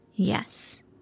Yes